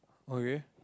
okay